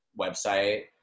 website